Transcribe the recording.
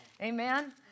Amen